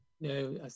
No